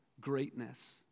greatness